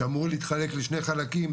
שאמור להתחלק לשני חלקים,